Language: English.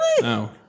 No